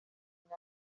muri